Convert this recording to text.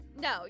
No